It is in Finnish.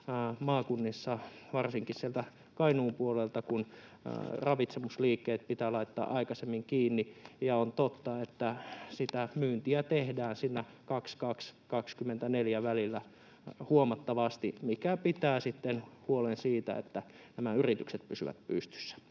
maakunnissa, varsinkin sieltä Kainuun puolelta, kun ravitsemusliikkeet pitää laittaa aikaisemmin kiinni. On totta, että sitä myyntiä tehdään huomattavasti siinä 22—24, mikä pitää sitten huolen siitä, että nämä yritykset pysyvät pystyssä.